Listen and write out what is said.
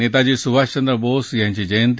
नेताजी सुभाषचंद्र बोस यांची जयंती